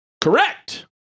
Correct